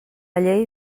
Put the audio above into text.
llei